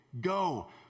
go